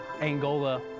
Angola